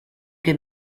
che